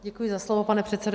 Děkuji za slovo, pane předsedo.